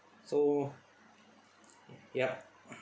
so yup